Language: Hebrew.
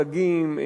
דגים,